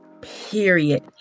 period